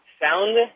sound